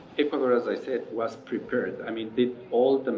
ecuador, as i said, was prepared. i mean, did all